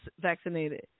vaccinated